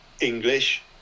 English